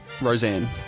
Roseanne